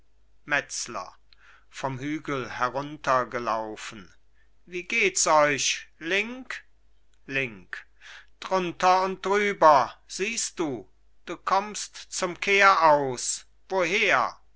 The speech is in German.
metzler wie geht's euch link link drunter und drüber siehst du du kommst zum kehraus woher